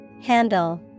Handle